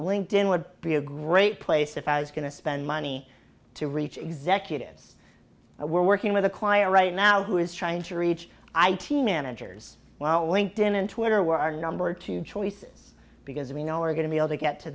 linked in would be a great place if i was going to spend money to reach executives but we're working with a choir right now who is trying to reach i team managers while linked in and twitter were our number two choices because we know we're going to be able to get to